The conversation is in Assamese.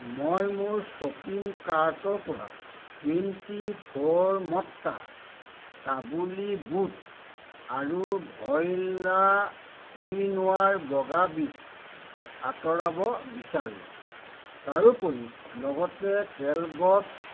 মই মোৰ শ্বপিং কাৰ্টৰপৰা টুৱেণ্টি ফ'ৰ মন্ত্ৰা কাবুলী বুট আৰু ভইলা কুইনোৱাৰ বগা বীজ আঁতৰাব বিচাৰোঁ তাৰোপৰি লগতে কেলগ্ছ